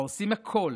העושים הכול